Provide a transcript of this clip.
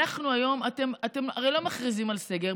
אתם הרי לא מכריזים על סגר.